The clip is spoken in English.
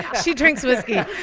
she drinks whiskey.